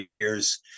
years